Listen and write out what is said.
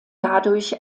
dadurch